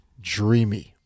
dreamy